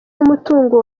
n’umutungo